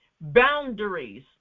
boundaries